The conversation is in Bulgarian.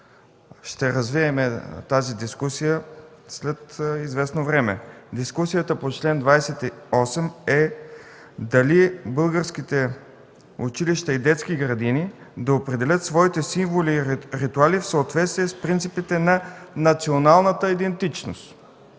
Ще развием тази дискусия след известно време. Дискусията по чл. 28 е: дали българските училища и детски градини да определят своите символи и ритуали в съответствие с принципите на националната идентичност?